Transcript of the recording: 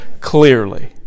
Clearly